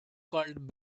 called